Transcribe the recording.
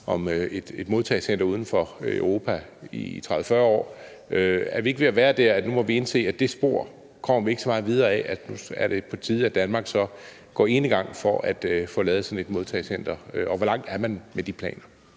om et modtagecenter uden for Europa i 30-40 år. Er vi ikke ved at være der, at nu må vi indse, at det spor kommer vi ikke så meget videre ad, så nu er det på tide, at Danmark går enegang for at få lavet sådan et modtagecenter? Og hvor langt er man med de planer?